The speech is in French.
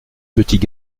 petits